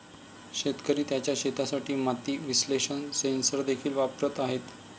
शेतकरी त्यांच्या शेतासाठी माती विश्लेषण सेन्सर देखील वापरत आहेत